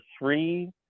three